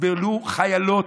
יסבלו חיילות,